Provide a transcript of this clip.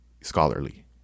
scholarly